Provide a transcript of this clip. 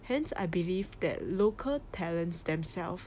hence I believe that local talents themselves